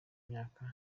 imyaka